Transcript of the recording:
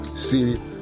city